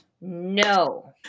No